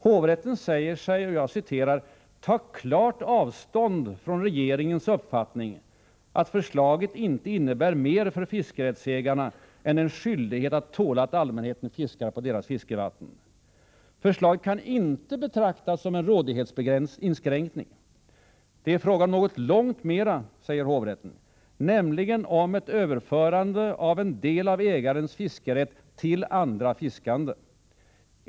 Hovrätten säger sig ta klart avstånd från regeringens uppfattning att förslaget ”inte innebär mer för fiskerättsägarna än en skyldighet att tåla att allmänheten fiskar på deras fiskevatten”. Förslaget kan inte betraktas som en rådighetsinskränkning, säger hovrätten. Nej, det är fråga om något långt mera, nämligen om ett överförande av en del av ägarens fiskerätt till andra fiskande.